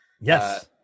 Yes